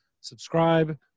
subscribe